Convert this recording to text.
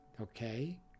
okay